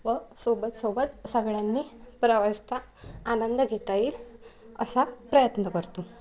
व सोबत सोबत सगळ्यांनी प्रवासाचा आनंद घेता येईल असा प्रयत्न करतो